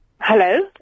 Hello